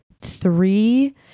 three